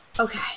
Okay